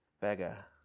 beggar